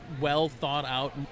well-thought-out